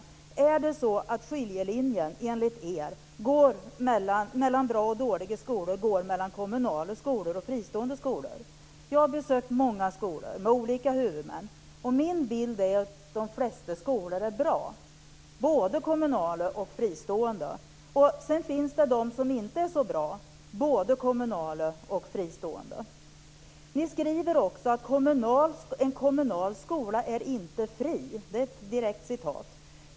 Går enligt er skiljelinjen mellan bra och dåliga skolor mellan fristående skolor och kommunala skolor? Jag har besökt många skolor med olika huvudmän, och min bild är att de flesta skolor är bra, både kommunala och fristående. Det finns också sådana som inte är så bra, både kommunala och fristående. Ni skriver vidare att en kommunal skola inte är fri. Det är ett direkt citat.